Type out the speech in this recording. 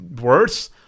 worse